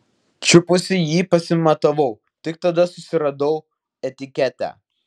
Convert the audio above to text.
čiupusi jį pasimatavau tik tada susiradau etiketę